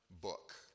book